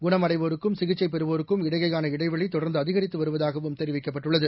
குணமடைவோருக்கும் சிகிச்சை பெறுவோருக்கும் இடையேயாள இடைவெளி தொடர்ந்து அதிகரித்து வருவதாகவும் தெரிவிக்கப்பட்டுள்ளது